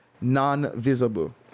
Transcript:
non-visible